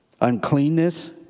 uncleanness